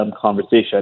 conversation